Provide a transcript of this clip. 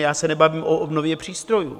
Já se nebavím o obnově přístrojů.